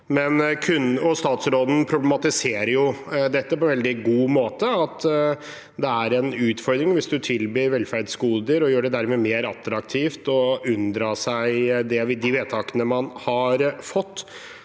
bak. Statsråden problematiserer dette på en veldig god måte. Det er en utfordring hvis man tilbyr velferdsgoder og dermed gjør det mer attraktivt å unndra seg de vedtakene som er fattet.